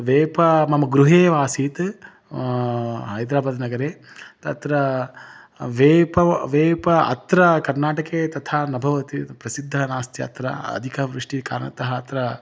वेप मम गृहेव आसीत् हैद्राबादनगरे तत्र वेप वेप अत्र कर्नाटके तथा न भवति प्रसिद्धः नास्ति अत्र अधिका वृष्टेः कारणतः अत्र